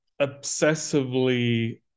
obsessively